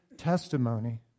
testimony